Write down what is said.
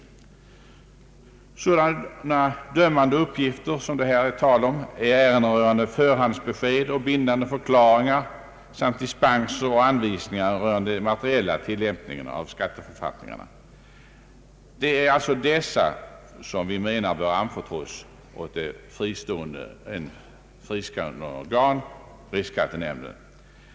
Sådana dömande uppgifter som det här är tal om är ärenden rörande förhandsbesked och bindande förklaringar samt dispenser och anvisningar angående den materielia tillämpningen av skatteförfattningarna. Det är alltså dessa som vi anser bör anförtros åt ett fristående organ, riksskattenämnden.